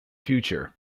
future